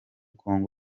congo